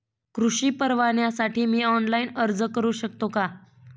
कृषी परवान्यासाठी मी ऑनलाइन अर्ज करू शकतो का?